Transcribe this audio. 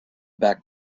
back